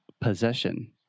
possession